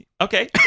Okay